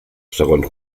segons